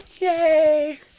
yay